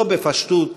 זו, בפשטות,